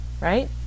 Right